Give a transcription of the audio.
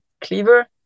clever